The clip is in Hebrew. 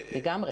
לגמרי.